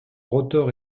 rotor